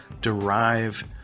derive